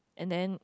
and then